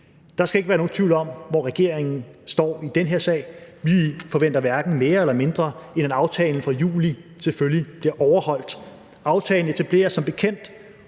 Der skal ikke være nogen tvivl om, hvor regeringen står i den sag: Vi forventer hverken mere eller mindre, end at aftalen fra juli selvfølgelig bliver overholdt. Aftalen etablerer som bekendt